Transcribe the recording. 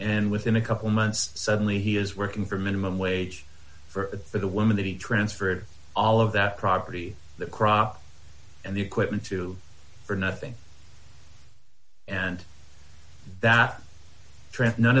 and within a couple months suddenly he is working for minimum wage for the woman that he transferred all of that property the crop and the equipment to for nothing and that